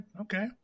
Okay